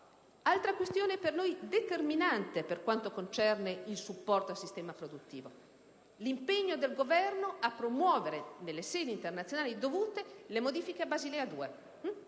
Altra questione per noi determinante, per quanto concerne il supporto al sistema produttivo, è l'impegno del Governo a promuovere nelle sedi internazionali dovute le modifiche a Basilea 2.